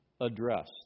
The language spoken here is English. address